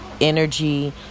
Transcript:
energy